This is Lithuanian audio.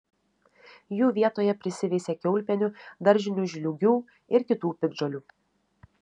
jų vietoje prisiveisia kiaulpienių daržinių žliūgių ir kitų piktžolių